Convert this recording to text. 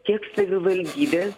tiek savivaldybės